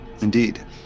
Indeed